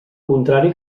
contrari